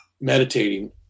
meditating